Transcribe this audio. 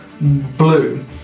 blue